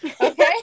Okay